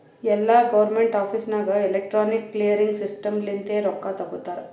ಎಲ್ಲಾ government office ನಾಗ್ electronic clearing system ಲಿಂತೆ ರೊಕ್ಕಾ ತೊಗೋತಾರ